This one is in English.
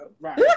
Right